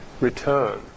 return